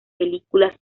películas